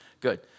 good